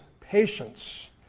patience